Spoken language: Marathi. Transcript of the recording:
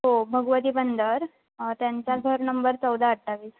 हो भगवती बंदर त्यांचा घर नंबर चौदा अठ्ठावीस